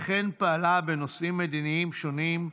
וכן פעלה בנושאים מדיניים שונים,